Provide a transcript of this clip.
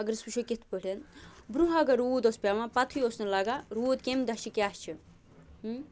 اَگر أسۍ وُچھو کِتھٕ پٲٹھۍ برٛونٛہہ اَگر روٗد اوس پٮ۪وان پَتہٕے اوس نہٕ لَگان روٗد کَمہِ دۄہ چھُ کیٛاہ چھُ